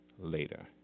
later